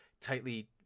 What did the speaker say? tightly